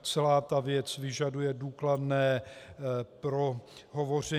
Celá ta věc vyžaduje důkladné prohovoření.